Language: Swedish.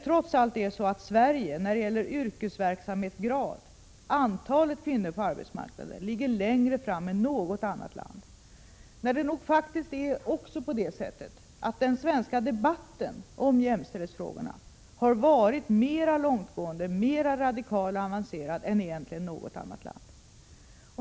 Trots allt är det ju så att Sverige när det gäller kvinnors yrkesverksamhetsgrad på arbetsmarknaden ligger längre fram än något annat land. Den svenska debatten om jämställdhetsfrågorna har egentligen varit mera långtgående och mera radikal och avancerad än i något annat land.